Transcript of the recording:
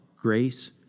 grace